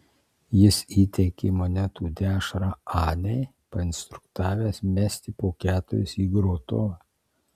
jis įteikė monetų dešrą anei painstruktavęs mesti po keturis į grotuvą